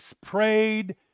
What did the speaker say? prayed